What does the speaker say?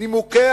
נימוקי